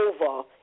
over